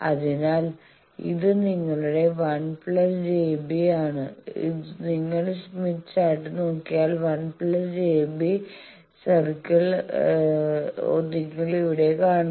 അതിനാൽ ഇത് നിങ്ങളുടെ 1 j B ആണ് നിങ്ങൾ സ്മിത്ത് ചാർട്ട് നോക്കിയാൽ 1 j B സർക്കിൾ നിങ്ങൾ ഇവിടെ കാണുന്നു